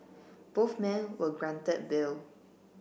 both men were granted bail